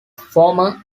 former